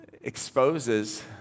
exposes